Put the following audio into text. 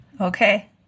Okay